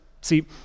See